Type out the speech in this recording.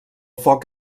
foc